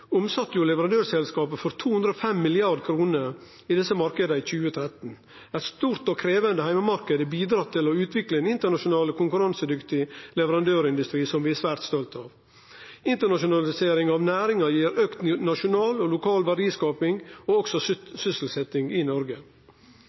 omsette leverandørselskapa for 205 mrd. kr i desse marknadene i 2013. Ein stor og krevjande heimemarknad har medverka til å utvikle ein internasjonal konkurransedyktig leverandørindustri som vi er svært stolte av. Internasjonaliseringa av næringa gir auka nasjonal og lokal verdiskaping og